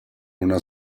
una